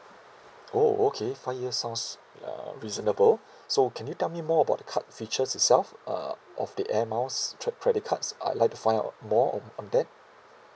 oh okay five year sounds uh reasonable so can you tell me more about the card features itself uh of the air miles cre~ credit cards I'd like find out more on on that